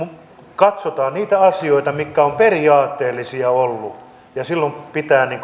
katsotaan niitä asioita mitkä ovat periaatteellisia olleet ja silloin pitää